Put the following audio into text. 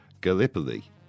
Gallipoli